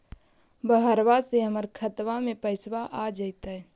बहरबा से हमर खातबा में पैसाबा आ जैतय?